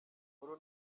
nkuru